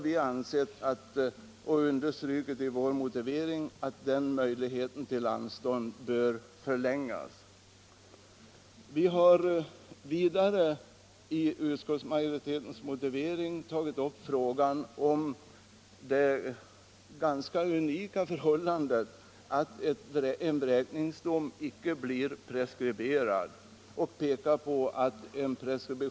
Vi har understrukit i vår motivering att den möjligheten bör vidgas. Vi har vidare i utskottsmajoritetens motivering tagit upp det ganska unika förhållande som råder att en vräkningsdom inte preskriberas och menat att så bör ske.